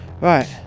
Right